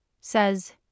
says